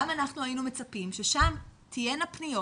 גם אנחנו היינו מצפים ששם תהינה פניות